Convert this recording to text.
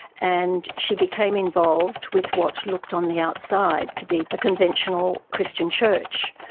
and she became involved with what looked on the outside to be a conventional christian church.